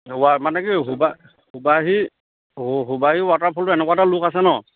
ৱ মানে কি সুবা সুবাহি সুবাহি ৱাটাৰফলটো এনেকুৱা এটা লুক আছে ন